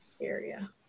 area